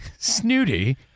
snooty